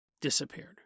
disappeared